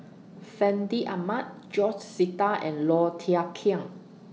Fandi Ahmad George Sita and Low Thia Khiang